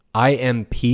IMP